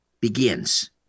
begins